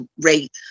rate